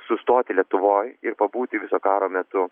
sustoti lietuvoj ir pabūti viso karo metu